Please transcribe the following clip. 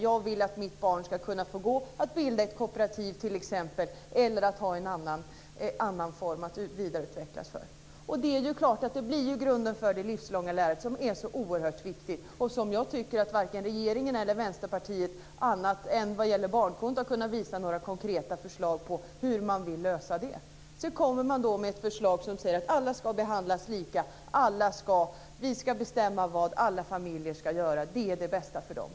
Jag vill bilda ett kooperativ där mitt barn kan få gå eller välja någon annan form där barnet får möjlighet att vidareutvecklas. Det är klart att detta blir ju grunden för det livslånga lärandet som är så oerhört viktigt. Jag tycker att varken regeringen eller Vänsterpartiet har, annat än vad gäller barnkontot, kunnat visa några konkreta förslag till lösningar. Sedan kommer man då med ett förslag som säger att alla ska behandlas lika, att vi ska bestämma vad alla familjer ska göra och att det är det bästa för dem.